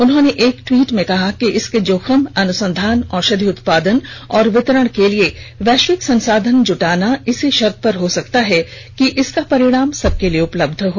उन्होंने एक ट्वीट संदेश में कहा कि इसके जोखिम अनुसंधान औषधि उत्पादन और वितरण के लिए वैश्विक संसाधनों को जुटाना इसी शर्त पर हो सकता है कि इसका परिणाम सबके लिए उपलब्ध हो